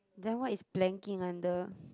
then what is planking under